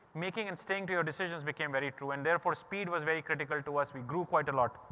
making instinct your decisions became very true and therefore speed was very critical to us, we grew quite a lot.